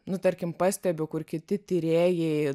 nu tarkim pastebiu kur kiti tyrėjai